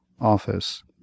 Office